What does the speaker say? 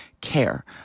care